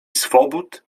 swobód